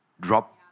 drop